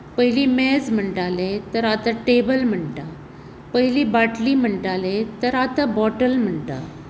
पयली मेज म्हणटाले तर आतां टेबल म्हणटात पयलीं बाटली म्हणटाले तर आतां बॉटल म्हणटात